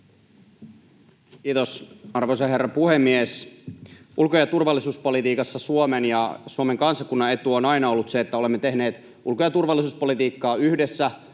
Kiitos, arvoisa herra puhemies! Ulko- ja turvallisuuspolitiikassa Suomen ja Suomen kansakunnan etu on aina ollut se, että olemme tehneet ulko- ja turvallisuuspolitiikkaa yhdessä